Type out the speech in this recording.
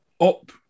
up